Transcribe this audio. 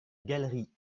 galerie